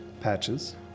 Patches